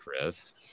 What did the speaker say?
Chris